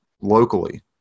locally